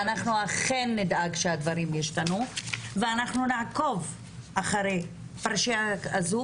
ואנחנו אכן נדאג שהדברים ישתנו ואנחנו נעקוב אחרי הפרשה הזו,